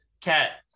cat